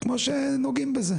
כמו שנוגעים בזה.